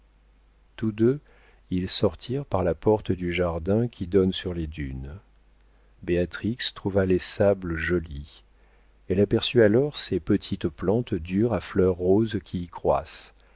tous deux ils sortirent par la porte du jardin qui donne sur les dunes béatrix trouva les sables jolis elle aperçut alors ces petites plantes dures à fleurs roses qui y croissent